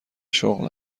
شغل